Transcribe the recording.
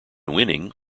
winning